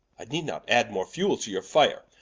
i need not adde more fuell to your fire,